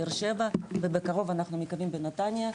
באר שבע ובקרוב אנחנו מקווים בנתניה.